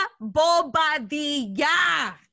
Bobadilla